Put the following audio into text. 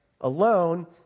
alone